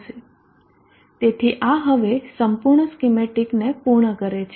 તેથી આ હવે સંપૂર્ણ સ્કિમેટીકને પૂર્ણ કરે છે